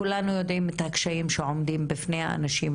כולנו יודעים מהם הקשיים העומדים בפני האנשים,